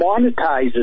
monetizes